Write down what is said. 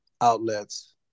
outlets